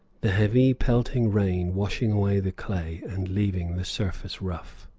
the heavy, pelting rain washing away the clay and leaving the surface rough.